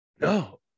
No